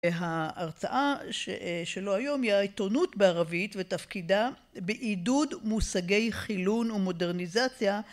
ההרצאה שלו היום היא העיתונות בערבית ותפקידה בעידוד מושגי חילון ומודרניזציה